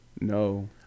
No